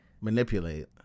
manipulate